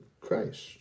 Christ